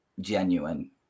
genuine